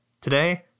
Today